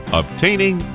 obtaining